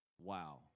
Wow